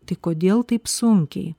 tai kodėl taip sunkiai